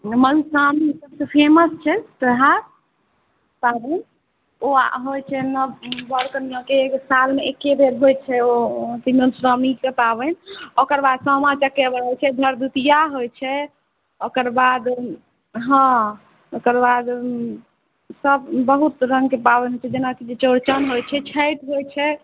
मधुश्रावणी सबसँ फेमस छै त्योहार पाबनि ओ होइ छै नव बर कनिआके एक सालमे एके बेर होइ छै ओ मधुश्रावणीके पाबनि ओकर बाद सामा चकेवा होइ छै भरदुतिआ होइ छै ओकर बाद हँ ओकर बाद सब बहुत रङ्गके पाबनि होइ छै जेनाकि चौरचन होइ छै छठि होइ छै